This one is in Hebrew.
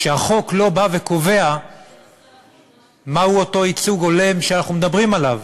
שהחוק לא בא וקובע מהו אותו ייצוג הולם שאנחנו מדברים עליו,